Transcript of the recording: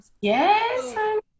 Yes